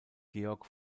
georg